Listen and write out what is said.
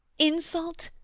insult?